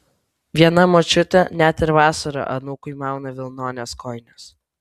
viena močiutė net ir vasarą anūkui mauna vilnones kojines